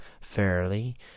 fairly